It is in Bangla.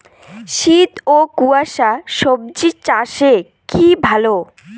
শীত ও কুয়াশা স্বজি চাষে কি ভালো?